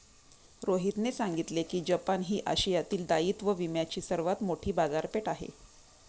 रोहितने सांगितले की जपान ही आशियातील दायित्व विम्याची सर्वात मोठी बाजारपेठ आहे